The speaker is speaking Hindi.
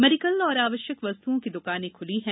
मेडिकल और आवश्यक वस्तुओं की दुकानें खुली हैं